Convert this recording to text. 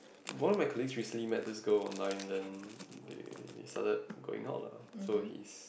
one of my colleagues recently met this girl online and they they started going out lah so he's